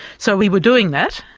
so we were doing that.